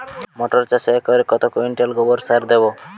মটর চাষে একরে কত কুইন্টাল গোবরসার দেবো?